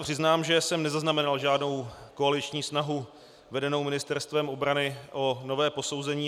Přiznám se, že jsem nezaznamenal žádnou koaliční snahu vedenou Ministerstvem obrany o nové posouzení.